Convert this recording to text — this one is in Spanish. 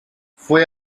fue